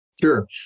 Sure